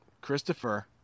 Christopher